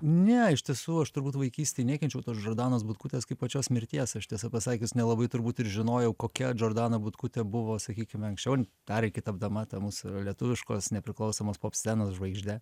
ne iš tiesų aš turbūt vaikystėj nekenčiau tos džordanos butkutės kaip pačios mirties aš tiesą pasakius nelabai turbūt ir žinojau kokia džordana butkutė buvo sakykime anksčiau dar iki tapdama ta mūsų lietuviškos nepriklausomos pop scenos žvaigžde